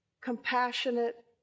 compassionate